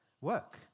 work